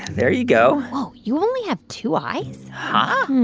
there you go whoa. you only have two eyes? huh? hmm.